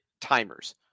timers